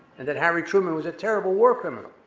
and that harry truman was a terrible war criminal.